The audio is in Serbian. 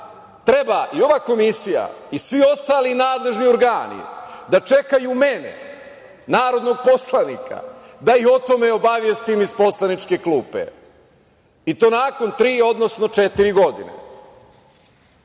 treba i ova komisija i svi ostali nadležni organi da čekaju mene, narodnog poslanika, da ih o tome obavestim iz poslaničke klupe, i to nakon tri, odnosno četiri godine.